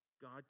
God